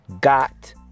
got